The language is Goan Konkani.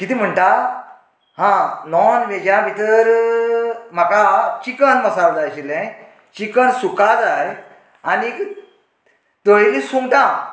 कितें म्हणटा आं नाॅन वेजा भितर म्हाका चिकन मसाला जाय आशिल्लें चिकन सुका जाय आनीक तळिल्लीं सुंगटां